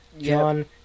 John